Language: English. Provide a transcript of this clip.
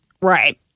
right